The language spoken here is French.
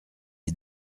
est